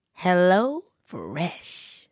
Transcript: HelloFresh